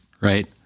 right